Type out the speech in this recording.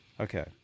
Okay